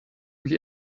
mich